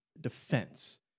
defense